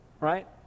right